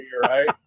right